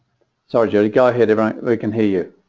so i really got hit right we can hear you